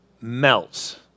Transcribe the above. melts